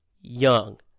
Young